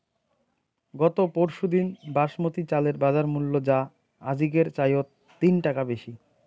গত পরশুদিন বাসমতি চালের বাজারমূল্য যা আজিকের চাইয়ত তিন টাকা বেশি